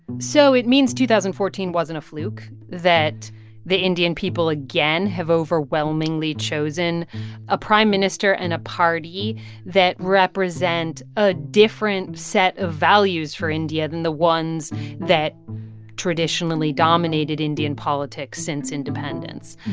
so it means two thousand and fourteen wasn't a fluke, that the indian people again have overwhelmingly chosen a prime minister and a party that represent a different set of values for india than the ones that traditionally dominated indian politics since independence.